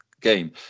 game